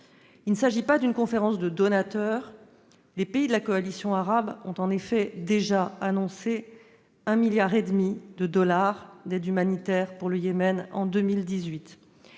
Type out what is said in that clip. Il ne s'agit pas d'une conférence de donateurs, les pays de la coalition arabe ayant déjà annoncé 1,5 milliard de dollars d'aide humanitaire pour le Yémen en 2018.